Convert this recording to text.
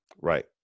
Right